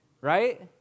right